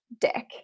deck